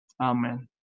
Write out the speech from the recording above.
Amen